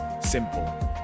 simple